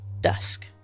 Dusk